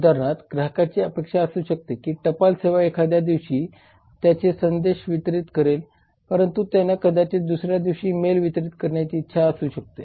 उदाहरणार्थ ग्राहकाची अपेक्षा असू शकते की टपाल सेवा एखाद्या दिवशी त्यांचे संदेश वितरित करेल परंतु त्यांना कदाचित दुसऱ्या दिवशी मेल वितरित करण्याची इच्छा असू शकते